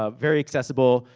ah very accessible.